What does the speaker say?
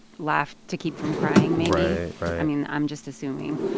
laugh to keep from crying maybe right. right i mean, i'm just assuming,